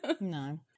No